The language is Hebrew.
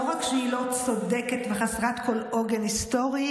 שלא רק שהיא לא צודקת וחסרת כל עוגן היסטורי,